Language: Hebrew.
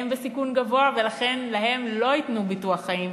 הם בסיכון גבוה, ולכן להם לא ייתנו ביטוח חיים.